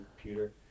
computer